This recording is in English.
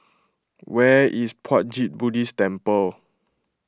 where is Puat Jit Buddhist Temple